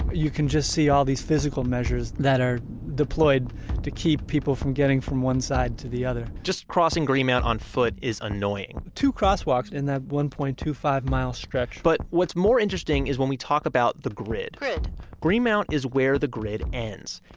you can just see all these physical measures that are deployed to keep people from getting from one side to the other just crossing greenmount on foot is annoying two crosswalks in that one point two five mile stretch but what's more interesting is when we talk about the grid grid greenmount is where the grid ends.